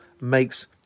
makes